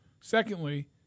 Secondly